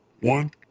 one